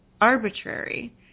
arbitrary